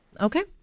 okay